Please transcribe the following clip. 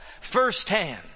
firsthand